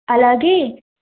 అలాగే